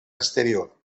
exterior